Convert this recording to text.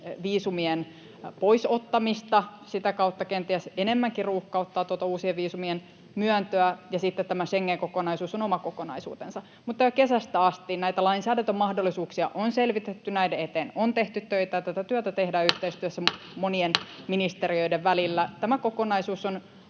viisumien pois ottamista, sitä kautta kenties enemmänkin ruuhkauttaa tuota uusien viisumien myöntöä, ja sitten tämä Schengen-kokonaisuus on oma kokonaisuutensa. Mutta jo kesästä asti näitä lainsäädäntömahdollisuuksia on selvitetty, näiden eteen on tehty töitä, ja tätä työtä tehdään yhteistyössä monien ministeriöiden välillä. Tämä kokonaisuus on